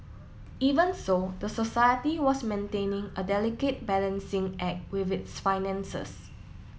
even so the society was maintaining a delicate balancing act with its finances